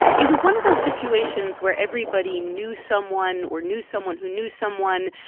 it was one of those situations where everybody knew someone or knew someone who knew someone.